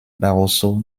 barroso